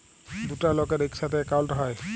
দুটা লকের ইকসাথে একাউল্ট হ্যয়